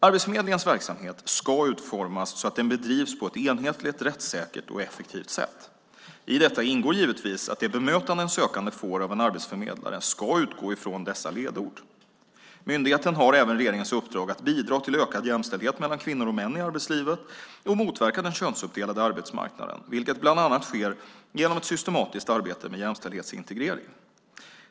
Arbetsförmedlingens verksamhet ska utformas så att den bedrivs på ett enhetligt, rättssäkert och effektivt sätt. I detta ingår givetvis att det bemötande en sökande får av en arbetsförmedlare ska utgå från dessa ledord. Myndigheten har även regeringens uppdrag att bidra till ökad jämställdhet mellan kvinnor och män i arbetslivet och motverka den könsuppdelade arbetsmarknaden, vilket bland annat sker genom ett systematiskt arbete med jämställdhetsintegrering.